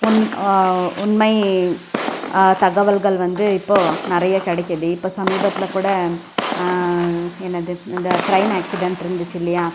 one உண்மை தகவல்கள் வந்து இப்போது நிறைய கிடைக்கிது இப்போ சமீபத்தில் கூட என்னது இந்த ட்ரெயின் ஆக்சிடண்ட் இருந்துச்சு இல்லையா